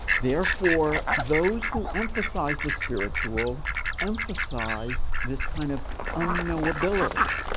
therefore, those who emphasize the spiritual emphasize this kind of unknowability,